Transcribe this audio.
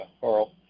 Carl